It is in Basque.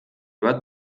bat